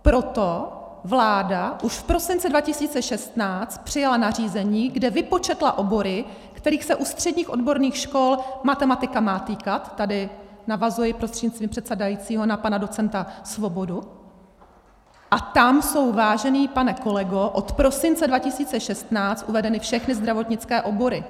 Proto vláda už v prosinci 2016 přijala nařízení, kdy vypočetla obory, kterých se u středních odborných škol matematika má týkat tady navazuji prostřednictvím předsedajícího na pana docenta Svobodu a tam jsou, vážený pane kolego, od prosince 2016 uvedeny všechny zdravotnické obory.